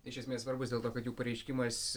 iš esmės svarbūs dėl to kad jų pareiškimas